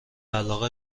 علاقه